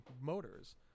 motors